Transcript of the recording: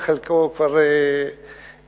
וחלקו כבר נעשה.